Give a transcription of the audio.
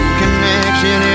connection